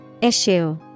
Issue